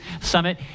Summit